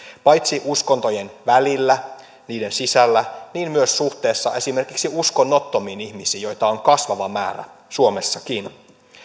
paitsi uskontojen välillä niiden sisällä myös suhteessa esimerkiksi uskonnottomiin ihmisiin joita on kasvava määrä suomessakin